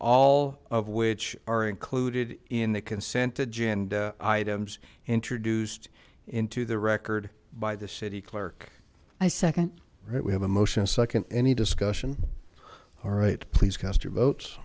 all of which are included in the consent to jan items introduced into the record by the city clerk i second that we have a motion second any discussion all right please cast your